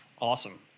Awesome